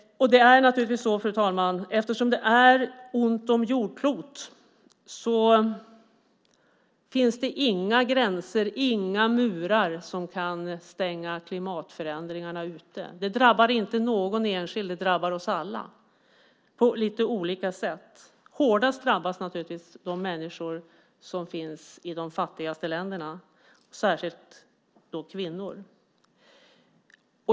Fru talman! Eftersom det är ont om jordklot finns det naturligtvis inga gränser eller murar som kan stänga klimatförändringarna ute. De drabbar inte någon enskild. De drabbar oss alla på lite olika sätt. Hårdast drabbas naturligtvis de människor som finns i de fattigaste länderna, särskilt kvinnor.